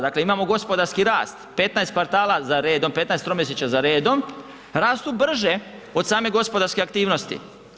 Dakle imamo gospodarski rast 15 kvartala za redom, 15 tromjesečja za redom rastu brže od same gospodarske aktivnosti.